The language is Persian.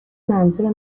منظور